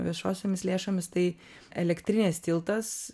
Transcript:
viešosiomis lėšomis tai elektrinės tiltas